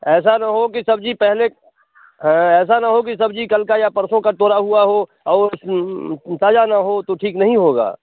ऐसा ना हो कि सब्ज़ी पहले ऐसा ना हो कि सब्ज़ी कल का या परसों का तोड़ा हुआ हो और ओ ताज़ा ना हो तो ठीक नहीं होगा